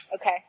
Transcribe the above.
Okay